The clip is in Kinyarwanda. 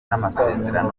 n’amasezerano